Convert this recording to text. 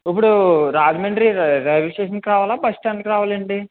ఇప్పుడు Rajahmundry railway station కి రావాల బస్ స్టాండ్ కి రావాలా అండి